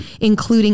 including